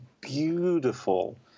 beautiful